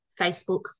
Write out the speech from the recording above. Facebook